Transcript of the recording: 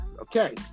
Okay